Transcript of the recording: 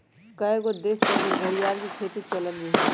कएगो देश सभ में घरिआर के खेती चलन में हइ